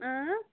اۭں